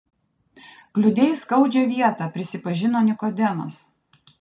kliudei skaudžią vietą prisipažino nikodemas